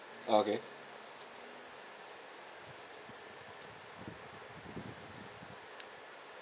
oh okay